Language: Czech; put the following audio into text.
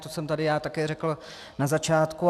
To jsem tady já také řekl na začátku.